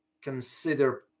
consider